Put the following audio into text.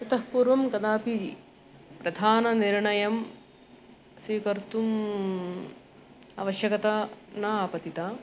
इतः पूर्वं कदापि प्रधाननिर्णयं स्वीकर्तुम् आवश्यकता न आपतिता